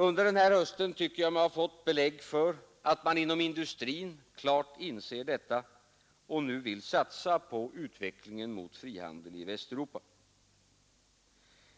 Under den gångna hösten tycker jag mig ha fått belägg för att man inom industrin klart inser detta och nu vill satsa på utvecklingen mot frihandel i Västeuropa.